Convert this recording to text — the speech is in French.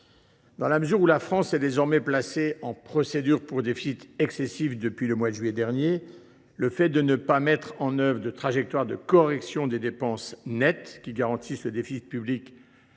Dans la mesure où la France est soumise à une procédure pour déficit excessif depuis le mois de juillet dernier, le fait de ne pas mettre en œuvre de trajectoire de correction des dépenses nettes, qui garantit que le déficit public